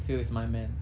phil is my man